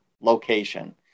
location